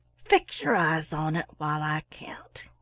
fix your eyes on it while i count.